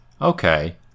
okay